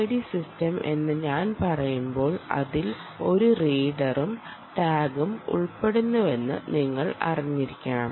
RFID system എന്ന് ഞാൻ പറയുമ്പോൾ അതിൽ ഒരു റീടറും ടാഗും ഉൾപ്പെടുന്നുവെന്ന് നിങ്ങൾ അറിഞ്ഞിരിക്കണം